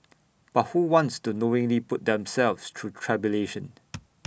but who wants to knowingly put themselves through tribulation